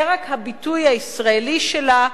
זה רק הביטוי הישראלי שלה,